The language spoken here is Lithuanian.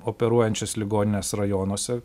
operuojančias ligonines rajonuose